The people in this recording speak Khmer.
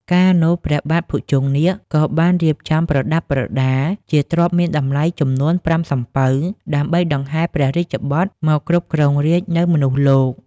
កាលនោះ ព្រះបាទភុជង្គនាគក៏បានរៀបចំប្រដាប់ប្រដា ជាទ្រព្យមានតម្លៃចំនួនប្រាំសំពៅ ដើម្បីដង្ហែព្រះរាជបុត្រមកគ្រប់គ្រងរាជ្យនៅមនុស្សលោក ។